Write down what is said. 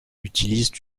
utilisent